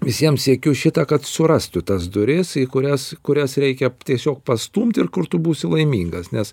visiems siekiu šitą kad surastų tas duris į kurias kurias reikia tiesiog pastumti ir kur tu būsi laimingas nes